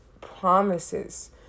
promises